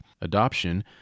adoption